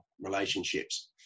relationships